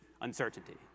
uncertainty